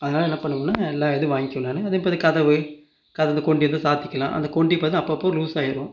அதனால் என்ன பண்ணுவேன்னால் எல்லா இதுவும் வாங்கிக்குவேன் நான் அதேமாதிரி கதவு கதவு கொண்டி வந்து சாற்றிக்கலாம் அந்த கொண்டி பார்த்தா அப்போது அப்போது லூசாயிடும்